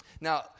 Now